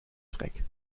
dreck